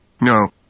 No